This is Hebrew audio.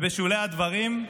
בשולי הדברים,